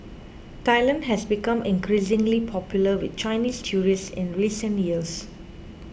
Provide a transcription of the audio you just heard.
Thailand has become increasingly popular with Chinese tourists in recent years